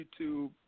YouTube